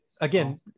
again